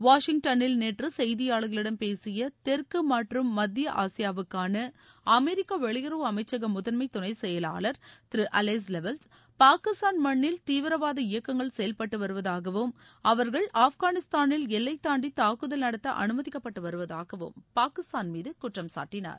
வாஷிங்டனில் நேற்று செய்தியாளர்களிடம் பேசிய தெற்கு மற்றும் மத்திய ஆசியாவுக்கான அமெரிக்க வெளியுறவு அமைச்சக முதன்மை துணை செயலாளர் திரு அலைஸ் வெல்ஸ் பாகிஸ்தான் மண்ணில் தீவிரவாத இயக்கங்கள் செயல்பட்டு வருவதாகவும் அவர்கள் அப்கானிஸ்தானில் எல்லைதாண்டி தாக்குதல் நடத்த அனுமதிக்கப்பட்டு வருவதாகவும் பாகிஸ்தான் மீது குற்றம்சாட்டினார்